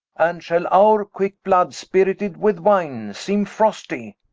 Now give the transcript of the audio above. and shall our quick blood, spirited with wine, seeme frostie?